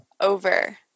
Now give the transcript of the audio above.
Over